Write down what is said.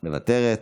מוותרת.